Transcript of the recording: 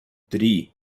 три